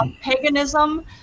paganism